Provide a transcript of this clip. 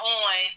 on